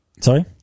Sorry